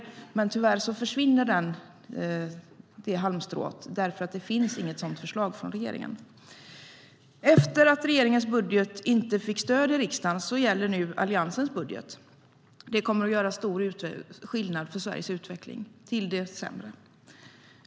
Men tyvärr försvinner det halmstrået, för det finns inget sådant förslag från regeringen. Efter att regeringens budget inte fick stöd i riksdagen gäller nu Alliansens budget. Det kommer att göra stor skillnad för Sveriges utveckling, till det sämre.